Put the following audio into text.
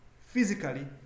physically